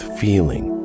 feeling